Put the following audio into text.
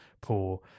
poor